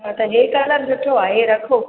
हा त हीउ कलर सुठो आहे हीउ रखो